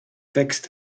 text